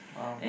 !wow!